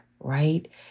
right